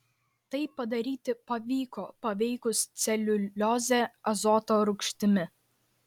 tai padaryti pavyko paveikus celiuliozę azoto rūgštimi